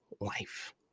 life